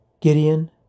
Gideon